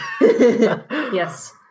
yes